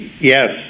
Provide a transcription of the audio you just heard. yes